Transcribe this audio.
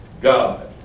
God